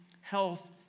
health